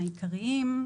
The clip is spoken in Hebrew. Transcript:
העיקריים.